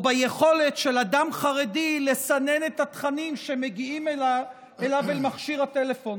או ביכולת של אדם חרדי לסנן את התכנים שמגיעים אליו אל מכשיר הטלפון.